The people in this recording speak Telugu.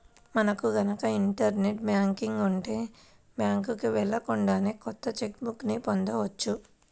మనకు గనక ఇంటర్ నెట్ బ్యాంకింగ్ ఉంటే బ్యాంకుకి వెళ్ళకుండానే కొత్త చెక్ బుక్ ని పొందవచ్చు